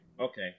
okay